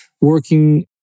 working